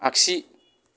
आगसि